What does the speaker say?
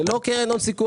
זה לא קרן הון סיכון,